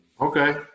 Okay